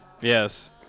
Yes